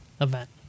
event